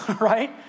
right